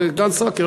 בגן-סאקר,